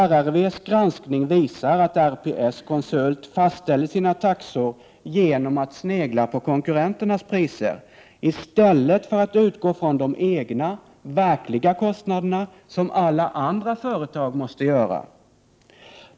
RRV:s granskning visar att RPS-konsult fastställer sina taxor genom att snegla på konkurrenternas priser, i stället för att utgå från de egna verkliga kostnaderna, som alla andra företag måste göra.